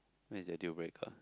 where's the deal breaker